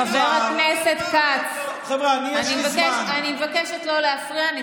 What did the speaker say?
חבר הכנסת כץ, אני מבקשת לא להפריע.